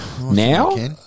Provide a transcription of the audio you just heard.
Now